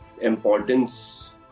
importance